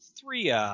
three